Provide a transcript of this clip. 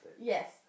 Yes